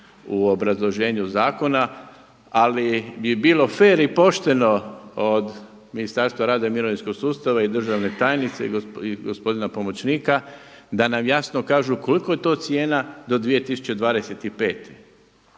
u obrazloženju zakona, ali bi bilo fer i pošteno od Ministarstva rada i mirovinskog sustava i državne tajnice i gospodina pomoćnika da nam jasno kažu koliko je to cijena do 2025.?